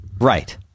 Right